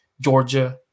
Georgia